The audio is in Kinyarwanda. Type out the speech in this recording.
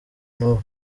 n’ubu